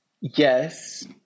Yes